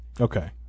Okay